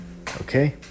okay